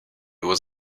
was